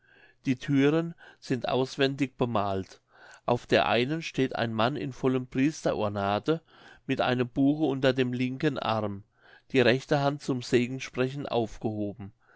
die thüren sind auswendig bemalt auf der einen steht ein mann in vollem priesterornate mit einem buche unter dem linken arm die rechte hand zum segensprechen aufgehoben